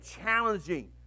challenging